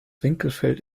winkelfeld